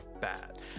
bad